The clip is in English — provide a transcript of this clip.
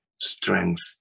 strength